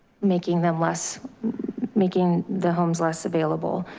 making them less making the homes less available.